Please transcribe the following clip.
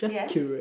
yes